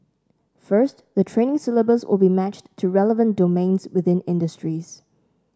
first the training syllabus will be matched to relevant domains within industries